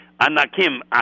Anakim